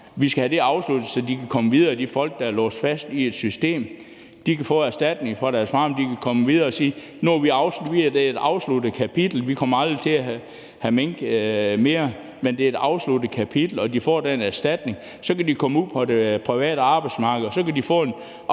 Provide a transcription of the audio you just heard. Vi skal have det afsluttet, så de folk, der er låst fast i et system, kan få erstatning for deres farme, de kan komme videre og sige: Nu er det et afsluttet kapital – vi kommer aldrig til at have mink mere, men det er ikke afsluttet kapitel. Så kan de få den erstatning. Så kan de komme ud på det private arbejdsmarked, og så kan de få en opkvalificering,